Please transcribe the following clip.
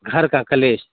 घर का कलेश